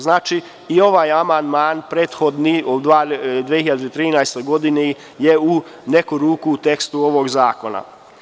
Znači, i ovaj amandman prethodni u 2013. godini je u neku ruku u tekstu ovog zakona.